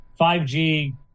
5g